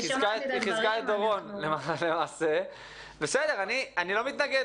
לכן אני מציע.